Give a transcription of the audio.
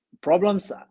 problems